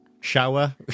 shower